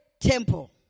temple